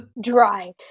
dry